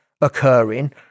occurring